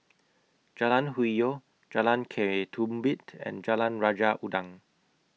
Jalan Hwi Yoh Jalan Ketumbit and Jalan Raja Udang